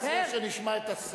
אני מציע שנשמע את השר,